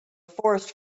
forest